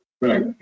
right